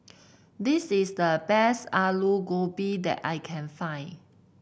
this is the best Alu Gobi that I can find